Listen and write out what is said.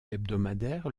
hebdomadaire